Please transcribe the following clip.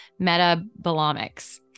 Metabolomics